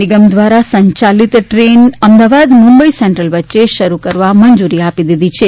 નિગમ દ્વારા સંચાલિત train Ahmedabad Mumbai central વચ્ચે શરૂ કરવા મંજુરી આપી દીધી છે